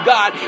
God